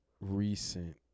recent